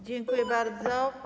Dziękuję bardzo.